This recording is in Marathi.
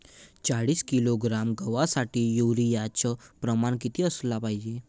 चाळीस किलोग्रॅम गवासाठी यूरिया च प्रमान किती असलं पायजे?